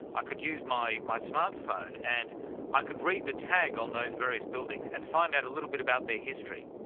i could use my my smart phone, and i could read the tag on those various buildings and find out a little bit about their history?